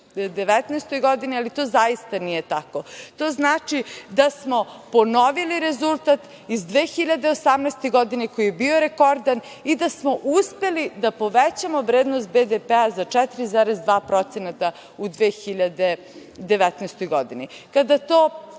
2019. godini, ali to zaista nije tako. To znači da smo ponovili rezultat iz 2018. godine koji je bio rekordan i da smo uspeli da povećamo vrednost BDP za 4,2% u 2019. godini. Kada to